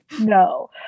no